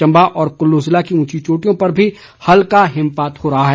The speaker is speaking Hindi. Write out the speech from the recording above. चम्बा व कुल्लू जिले की ऊंची चोटियों पर भी हल्का हिमपात हो रहा है